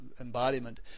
embodiment